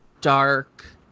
dark